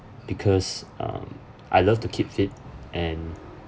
because um I love to keep fit and